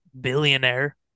billionaire